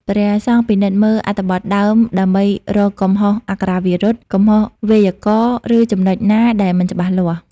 ព្រះសង្ឃពិនិត្យមើលអត្ថបទដើមដើម្បីរកកំហុសអក្ខរាវិរុទ្ធ កំហុសវេយ្យាករណ៍ ឬចំណុចណាដែលមិនច្បាស់លាស់។